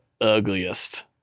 ugliest